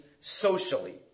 socially